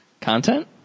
Content